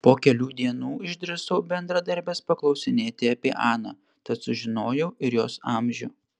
po kelių dienų išdrįsau bendradarbės paklausinėti apie aną tad sužinojau ir jos amžių